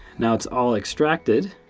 now it's all extracted.